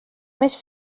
més